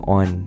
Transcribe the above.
on